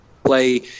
play